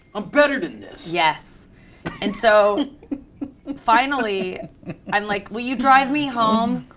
i'm better than this. yes and so finally i'm like, will you drive me home?